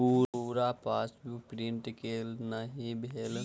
पूरा passbook print केल नहि भेल